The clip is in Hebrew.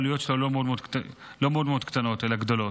העלויות שלו לא מאוד מאוד קטנות אלא גדולות.